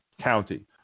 county